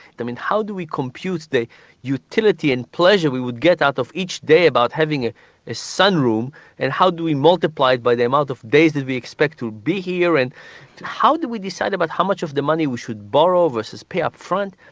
mean how do we compute the utility and pleasure we would get out of each day about having a ah sun room and how do we multiply it by the amount of days that we expect to be here and how do we decide about how much of the money we should borrow, versus pay up front.